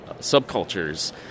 subcultures